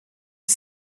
dix